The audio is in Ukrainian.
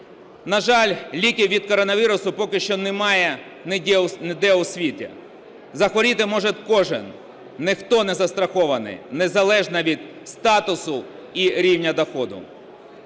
На жаль, ліків від коронавірусу поки що немає ніде у світі. Захворіти може кожен, ніхто не застрахований, незалежно від статусу і рівня доходу.